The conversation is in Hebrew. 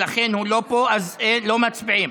הוא לא פה, אז לא מצביעים.